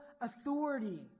authority